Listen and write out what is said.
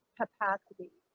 capacity